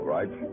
Right